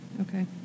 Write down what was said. Okay